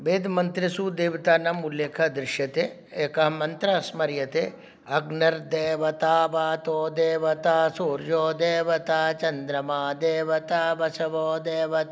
वेदमन्त्रेषु देवतानाम् उल्लेखः दृश्यते एकः मन्त्रः स्मर्यते अग्नेर्देवता वातो देवता सूर्यो देवता चन्द्रमा देवता वसवो देवता